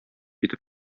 итеп